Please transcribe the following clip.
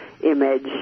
image